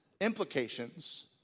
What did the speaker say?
implications